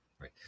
right